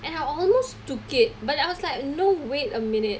and I almost took it but I was like no wait a minute